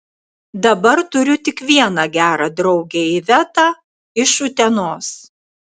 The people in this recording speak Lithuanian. dabar turiu tik vieną gerą draugę ivetą iš utenos